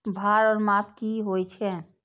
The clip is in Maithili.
भार ओर माप की होय छै?